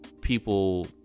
people